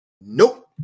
Nope